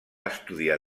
estudiar